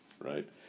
right